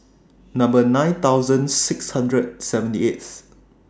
nine thousand six hundred seventy eighth